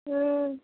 ம்